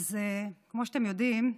כמו שאתם יודעים,